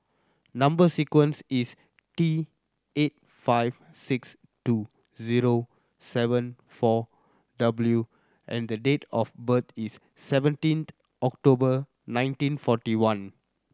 number sequence is T eight five six two zero seven four W and the date of birth is seventeenth October nineteen forty one